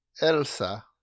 Elsa